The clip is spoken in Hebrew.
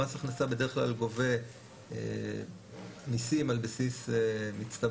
מס הכנסה בדרך כלל גובה מיסים על בסיס מצטבר.